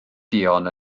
duon